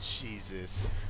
Jesus